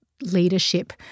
leadership